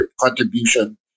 contribution